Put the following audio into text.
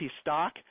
stock